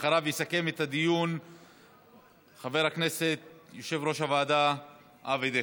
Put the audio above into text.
אחריו יסכם את הדיון יושב-ראש הוועדה חבר הכנסת אבי דיכטר.